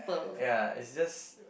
ya is just